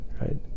right